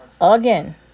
Again